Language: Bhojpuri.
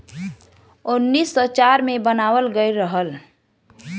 उन्नीस सौ चार मे बनावल गइल रहल